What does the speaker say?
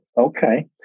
Okay